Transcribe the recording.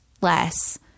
less